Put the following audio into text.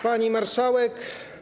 Pani Marszałek!